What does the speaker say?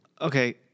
Okay